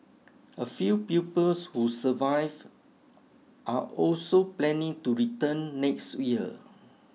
a few pupils who survive are also planning to return next year